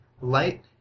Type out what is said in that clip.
light